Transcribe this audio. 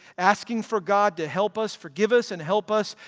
asking for god to help us forgive us and help us,